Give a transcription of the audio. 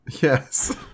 Yes